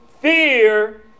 Fear